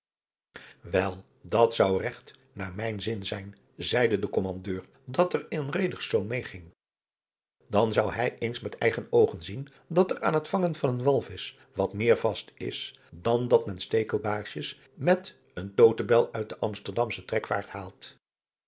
wel dat zou regt naar mijn zin zijn zeide de kommandeur dat er een reederszoon meêging dan zou hij eens met eigen oogen zien dat er aan het vangen van een walvisch wat meer vast is dan dat men stekelbaarsjes met een totebel uit de amsterdamsche trekvaart haalt